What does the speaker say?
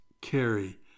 carry